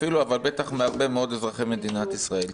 אבל בטח גם בעיני הרבה מאוד מאזרחי מדינת ישראל.